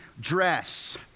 dress